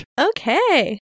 Okay